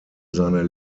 seiner